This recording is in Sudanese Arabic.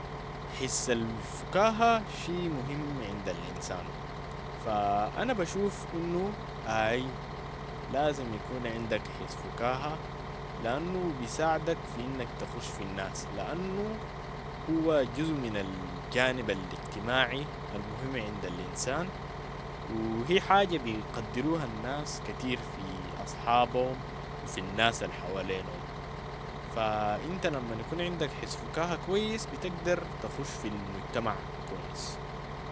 حس الفكاهة شي مهم عند الإنسان، فأنا بشوف إنو آي لازم يكون عندك حس فكاهة، لأنو بيساعدك في إنك تخش في الناس لأنو هو جزء من الجانب الاجتماعي المهم عند الإنسان و هي حاجة بيقدروها الناس كتير في أصحابهم و في الناس الحوالينهم، فإنت لما يكون عندك حس فكاهة كويس بتقدر تخش في المجتمع كويس.